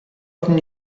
gotten